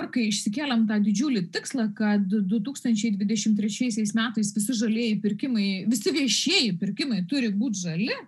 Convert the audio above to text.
kai išsikėlėm tą didžiulį tikslą kad du tūkstančiai dvidešimt trečiaisiais metais visi žalieji pirkimai visi viešieji pirkimai turi būti žali